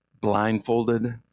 Blindfolded